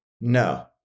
No